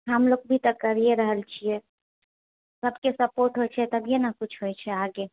हमलोग भी तऽ करिए रहल छिऐ सबके सपोर्ट होइत छै तभिए ने किछु होइत छै आगे